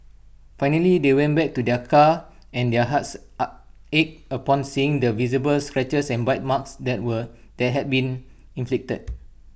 finally they went back to their car and their hearts ached upon seeing the visible scratches and bite marks that were that had been inflicted